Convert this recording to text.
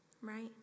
right